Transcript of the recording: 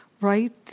Right